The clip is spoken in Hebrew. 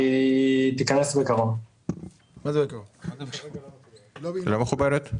היא לא מחוברת.